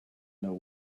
know